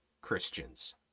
Christians